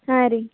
ಹಾಂ ರೀ